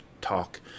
talk